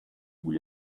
vous